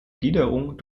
gliederung